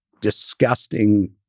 disgusting